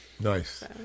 Nice